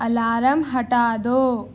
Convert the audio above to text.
alarm ہٹا دو